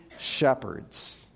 shepherds